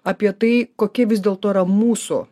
apie tai kokia vis dėlto yra mūsų